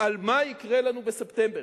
על מה יקרה לנו בספטמבר,